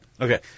Okay